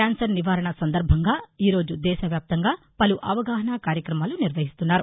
cancer నివారణ సందర్బంగా ఈ రోజు దేశ వ్యాప్తంగా పలు అవగాహన కార్యక్రమాలు నిర్వహిస్తున్నారు